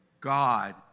God